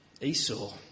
Esau